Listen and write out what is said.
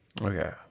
Okay